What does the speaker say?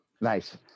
Nice